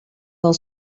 del